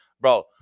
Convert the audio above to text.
Bro